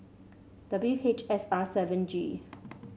W H S R seven G